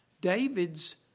David's